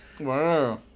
wow